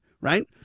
Right